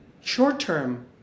short-term